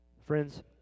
Friends